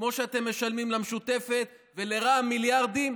כמו שאתם משלמים למשותפת ולרע"מ מיליארדים,